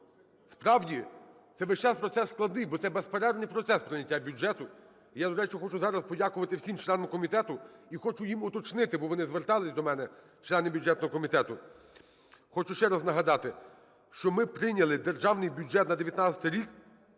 Справді, це весь час процес складний, бо це безперервний процес – прийняття бюджету. Я, до речі, хочу зараз подякувати всім членам комітету і хочу їм уточнити, бо вони зверталися до мене, члени бюджетного комітету, хочу ще раз нагадати, що ми прийняли Державний бюджет на 2019 рік